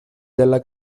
della